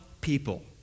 people